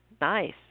Nice